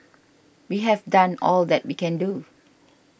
we have done all that we can do